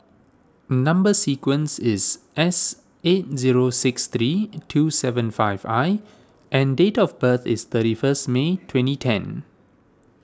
Number Sequence is S eight zero six three two seven five I and date of birth is thirty first May twenty ten